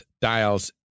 dials